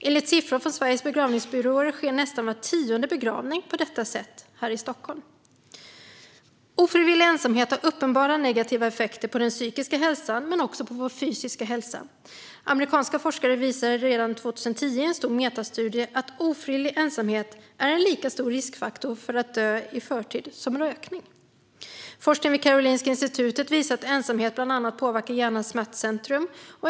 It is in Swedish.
Enligt siffror från Sveriges Begravningsbyråer sker nästan var tionde begravning på detta sätt här i Stockholm. Ofrivillig ensamhet har uppenbara negativa effekter på den psykiska hälsan men också på vår fysiska hälsa. Amerikanska forskare visade redan 2010 i en stor metastudie att ofrivillig ensamhet är en lika stor riskfaktor för att dö i förtid som rökning. Forskning vid Karolinska institutet visar att ensamhet bland annat påverkar hjärnans smärtcentrum.